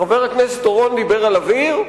חבר הכנסת אורון דיבר על אוויר?